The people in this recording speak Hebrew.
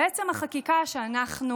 בעצם החקיקה שאנחנו